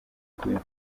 kuba